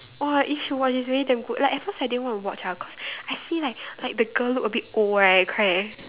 oh you should watch it's really damn good like at first I didn't want to watch ah cause I see like like the girl look a bit old right correct